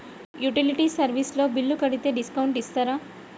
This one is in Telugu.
యుటిలిటీ సర్వీస్ తో బిల్లు కడితే డిస్కౌంట్ ఇస్తరా?